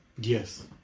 Yes